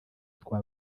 twa